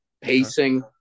pacing